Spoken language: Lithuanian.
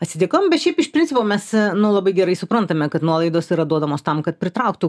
atsidėkojimą bet šiaip iš principo mes nu labai gerai suprantame kad nuolaidos yra duodamos tam kad pritrauktų